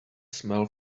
smell